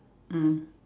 mm